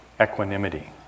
equanimity